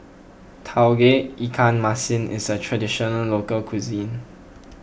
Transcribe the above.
Tauge Ikan Masin is a Traditional Local Cuisine